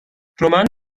romen